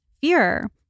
fear